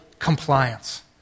Compliance